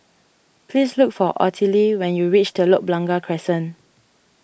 please look for Ottilie when you reach Telok Blangah Crescent